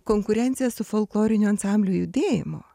konkurencija su folklorinių ansamblių judėjimu